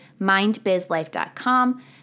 mindbizlife.com